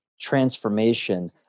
transformation